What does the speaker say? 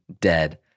dead